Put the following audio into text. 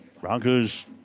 Broncos